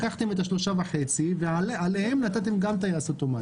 לקחתם את ה-3.5 ועליהם נתתם גם טייס אוטומטי.